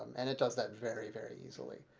and it does that very very easily.